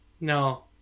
no